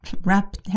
wrap